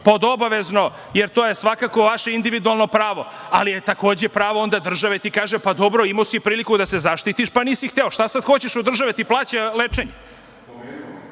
pod obavezno jer to je svakako vaše individualno pravo, ali je takođe onda pravo države da ti kaže – pa dobro, imao si priliku da se zaštitiš pa nisi hteo, šta sada hoćeš od države da ti plaća lečenje. Prema